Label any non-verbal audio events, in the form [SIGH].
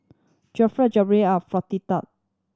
[UNINTELLIGIBLE] Jalebi of Fritada